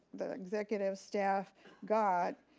the executive staff got,